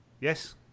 Yes